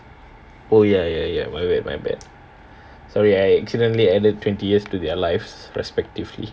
oh ya ya ya my my bad my bad sorry I accidentally added twenty years to their lives respectively